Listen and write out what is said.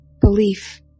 belief